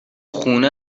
خونه